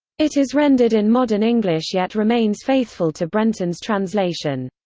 it is rendered in modern english yet remains faithful to brenton's translation.